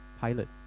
pilot